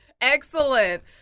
Excellent